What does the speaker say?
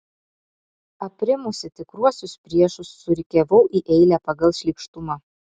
aprimusi tikruosius priešus surikiavau į eilę pagal šlykštumą